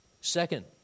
Second